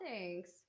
thanks